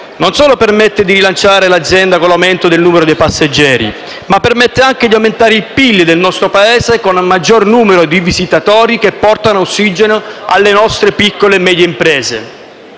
non solo permette di rilanciare l'azienda con l'aumento del numero dei passeggeri, ma permette anche di aumentare il PIL del nostro Paese con un maggior numero di visitatori che portano ossigeno alle nostre piccole e medie imprese.